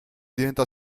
diventò